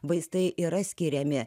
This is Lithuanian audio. vaistai yra skiriami